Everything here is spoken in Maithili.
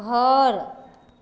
घर